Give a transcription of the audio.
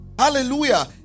Hallelujah